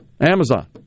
Amazon